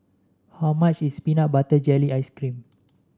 how much is Peanut Butter Jelly Ice cream